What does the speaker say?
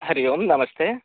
हरिः ओम् नमस्ते